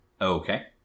Okay